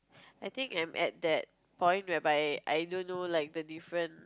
I think I'm at that point whereby I don't know like the different